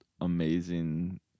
amazing